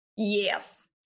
Yes